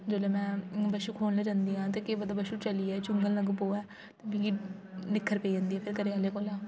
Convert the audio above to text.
जेल्लै में बच्छू खोलन जंदी आं ते केह् पता बच्छु चली जाए ओह् चुग्गन लग्गी पोऐ मिगी निक्खर पेई जंदी फेर घरै आह्लें कोला